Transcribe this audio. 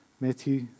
Matthew